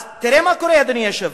אז תראה מה קורה, אדוני היושב-ראש.